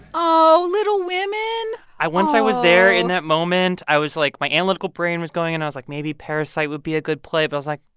oh, little women. i once i was there in that moment, i was like my analytical brain was going, and i was like, maybe parasite would be a good play. but i was like,